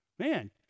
Man